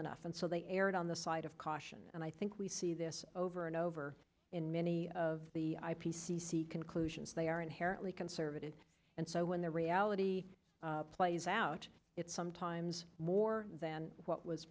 enough and so they erred on the side of caution and i think we see this over and over in many of the i p c c conclusions they are inherently conservative and so when the reality plays out it's sometimes more than what was